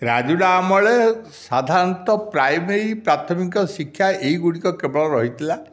ରାଜୁଡ଼ା ଅମଳରେ ସାଧାରଣତଃ ପ୍ରାଇମେରୀ ପ୍ରାଥମିକ ଶିକ୍ଷା ଏହି ଗୁଡ଼ିକ କେବଳ ରହିଥିଲା